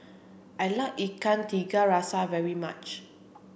I like Ikan Tiga Rasa very much